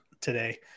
today